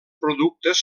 productes